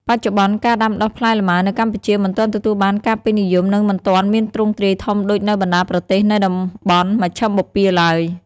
បច្ចុប្បន្ន ការដាំដុះផ្លែលម៉ើនៅកម្ពុជាមិនទាន់ទទួលបានការពេញនិយម និងមិនទាន់មានទ្រង់ទ្រាយធំដូចនៅបណ្ដាប្រទេសនៅតំបន់មជ្ឈិមបូព៌ាឡើយ។